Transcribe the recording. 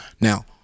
Now